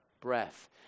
breath